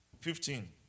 Fifteen